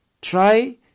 try